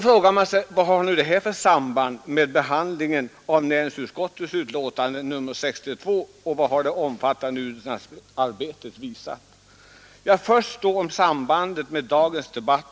Vad har nu detta för samband med dagens behandling av näringsutskottets betänkande nr 62 och vad har det omfattande utredningsarbetet visat?